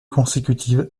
consécutives